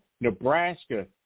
Nebraska